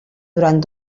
durant